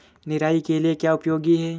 निराई के लिए क्या उपयोगी है?